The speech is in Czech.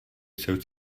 jsou